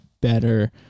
better